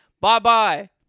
Bye-bye